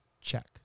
Check